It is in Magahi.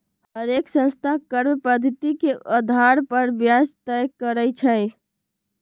हरेक संस्था कर्व पधति के अधार पर ब्याज तए करई छई